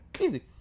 Easy